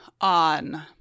on